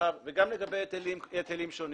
נרחב מאוד, וגם לגבי היטלים שונים.